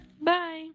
Bye